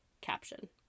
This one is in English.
caption